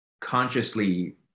consciously